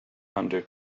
under